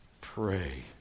Pray